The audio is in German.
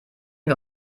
wir